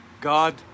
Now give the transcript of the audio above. God